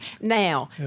Now